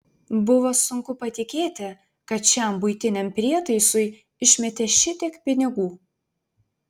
buvo sunku patikėti kad šiam buitiniam prietaisui išmetė šitiek pinigų